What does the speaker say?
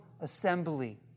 assembly